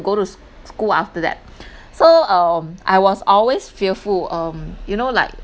go to sc~ school after that so um I was always fearful um you know like